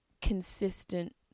consistent